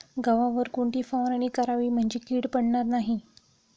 गव्हावर कोणती फवारणी करावी म्हणजे कीड पडणार नाही?